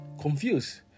confused